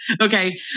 Okay